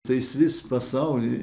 tai jis vis pasaulį